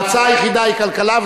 ההצעה היחידה היא כלכלה,